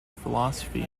philosophy